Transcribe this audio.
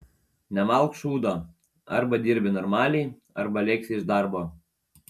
nemalk šūdo arba dirbi normaliai arba lėksi iš darbo